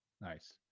Nice